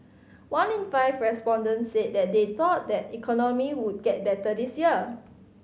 one in five respondents said that they thought the economy would get better this year